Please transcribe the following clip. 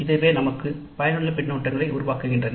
இதுவே நமக்கு பயனுள்ள கருத்துக்களை உருவாக்குகின்றன